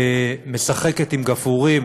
משחקת עם גפרורים